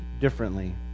differently